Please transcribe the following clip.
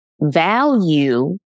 value